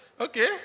Okay